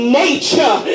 nature